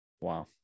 wow